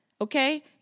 Okay